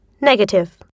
Negative